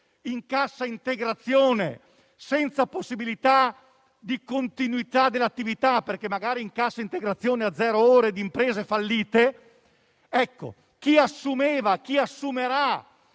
in cassa integrazione senza possibilità di continuità dell'attività, perché magari in cassa integrazione a zero ore di imprese fallite, potessero